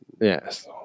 yes